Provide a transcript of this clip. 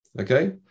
Okay